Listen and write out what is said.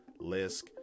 Lisk